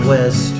West